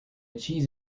cheese